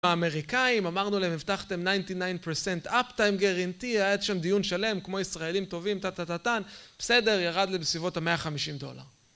האמריקאים, אמרנו להם הבטחתם 99% uptime גרנטי, היה את שם דיון שלם, כמו ישראלים טובים, טה טה טה טן, בסדר, ירד לבסביבות ה-150 דולר.